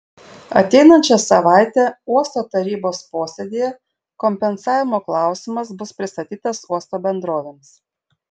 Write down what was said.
ateinančią savaitę uosto tarybos posėdyje kompensavimo klausimas bus pristatytas uosto bendrovėms